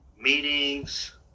meetings